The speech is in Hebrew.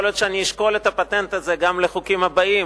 יכול להיות שאני אשקול את הפטנט הזה גם לחוקים הבאים: